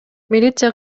милиция